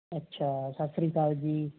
ਅੱਛਾ ਸਤਿ ਸ਼੍ਰੀ ਅਕਾਲ ਜੀ